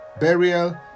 burial